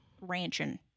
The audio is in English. ranching